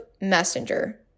Messenger